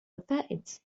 الفائت